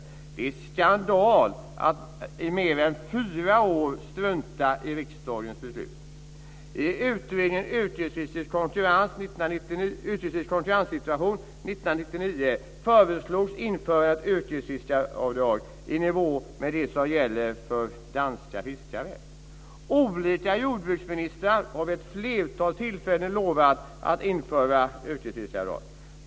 Det är skandal att man i mer än fyra år struntar i riksdagens beslut. 1999 föreslogs införande av ett yrkesfiskaravdrag i nivå med det som gäller för danska fiskare. Olika jordbruksministrar har vid ett flertal tillfällen lovat att införa yrkesfiskaravdrag.